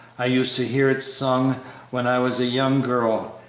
i used to hear it sung when i was a young girl,